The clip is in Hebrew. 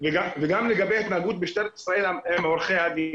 וגם לגבי התנהגות משטרת ישראל עם עורכי הדין.